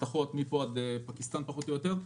הבטחות מפה ועד פקיסטן פחות או יותר,